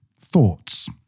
Thoughts